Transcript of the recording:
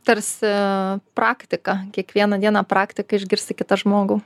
tarsi praktika kiekvieną dieną praktika išgirsti kitą žmogų